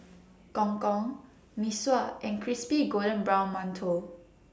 Gong Gong Mee Sua and Crispy Golden Brown mantou